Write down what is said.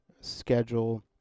schedule